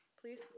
Please